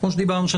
כמו שדיברנו.